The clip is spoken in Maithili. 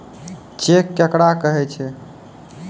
चेक केकरा कहै छै?